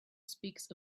speaks